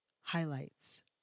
highlights